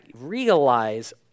realize